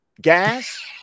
gas